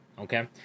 okay